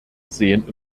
sehen